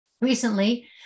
Recently